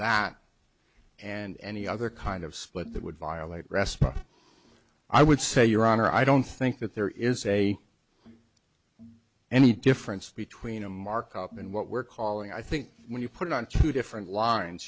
that and any other kind of split that would violate rest i would say your honor i don't think that there is a any difference between a markup and what we're calling i think when you put it on two different lines